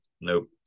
Nope